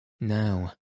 Now